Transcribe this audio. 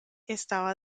estaba